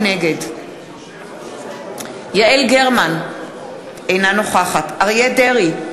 נגד יעל גרמן, אינה נוכחת אריה דרעי,